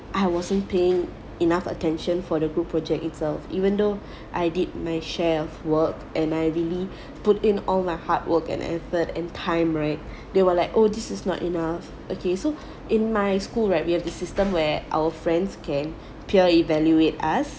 I wasn't paying enough attention for the group project itself even though I did my share of work and I really put in all my hard work and effort and time right they were like oh this is not enough okay so in my school right we have the system where our friends can peer evaluate us